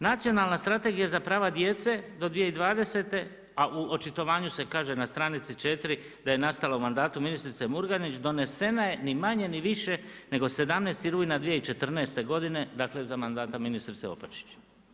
Nacionalan strategija za prava djece do 2020. a u očitovanju se kaže na stranici 4. da je nastala u mandatu ministrice Murganić, donesena je ni manje ni više nego 17.9.2014. dakle, za mandat ministrice Opačić.